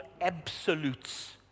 absolutes